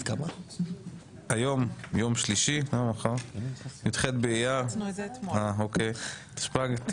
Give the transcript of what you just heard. היום יום שלישי, יח' באייר, התשפ"ג.